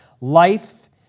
life